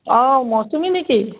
অঁ মৌচুমী নেকি